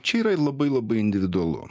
čia yra labai labai individualu